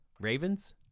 Ravens